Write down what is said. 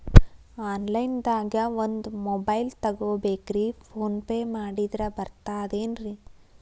Online ದಾಗ ಒಂದ್ mobile ತಗೋಬೇಕ್ರಿ ಫೋನ್ ಪೇ ಮಾಡಿದ್ರ ಬರ್ತಾದೇನ್ರಿ?